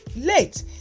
late